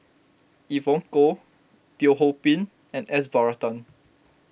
Evon Kow Teo Ho Pin and S Varathan